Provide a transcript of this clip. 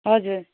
हजुर